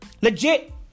Legit